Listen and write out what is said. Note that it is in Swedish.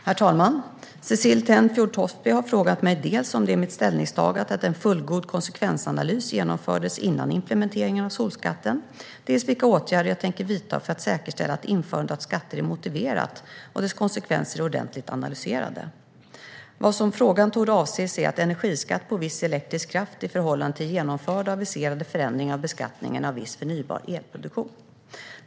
Herr talman! Cecilie Tenfjord-Toftby har frågat mig dels om det är mitt ställningstagande att en fullgod konsekvensanalys genomfördes före implementeringen av solskatten, dels vilka åtgärder jag tänker vidta för att säkerställa att införandet av skatter är motiverat och att dess konsekvenser är ordentligt analyserade. Vad som frågan torde avse är energiskatt på viss elektrisk kraft i förhållande till genomförda och aviserade förändringar av beskattningen av viss förnybar elproduktion.